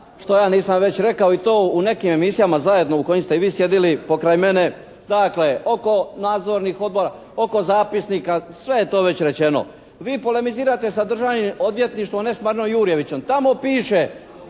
što ja nisam već rekao i to u nekim emisijama zajedno u kojim ste i vi sjedili pokraj mene. Dakle, oko Nadzornih odbora, oko zapisnika, sve je to već rečeno. Vi polemizirate sa Državnim odvjetništvom a ne sa Marinom Jurjevićem. Tamo piše,